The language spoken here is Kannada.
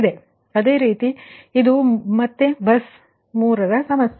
ಮತ್ತು ಅದೇ ರೀತಿ ಇದು ಮತ್ತೆ 3 ಬಸ್ ಸಮಸ್ಯೆ